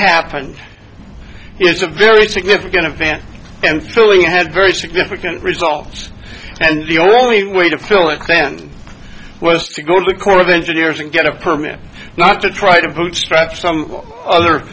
happened is a very significant event and filling it has very significant results and the only way to fill it then was to go to the corps of engineers and get a permit not to try to bootstrap some other